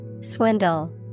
Swindle